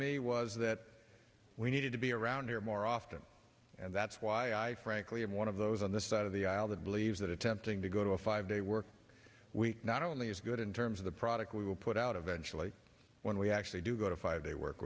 me was that we needed to be around here more often and that's why i frankly i'm one of those on this side of the aisle that believes that attempting to go to a five day work week not only is good in terms of the product we will put out eventually when we actually do go to five day work